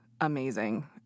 amazing